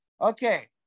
Okay